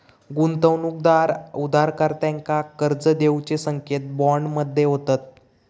गुंतवणूकदार उधारकर्त्यांका कर्ज देऊचे संकेत बॉन्ड मध्ये होतत